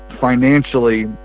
financially